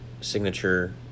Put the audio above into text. signature